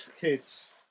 kids